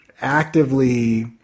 actively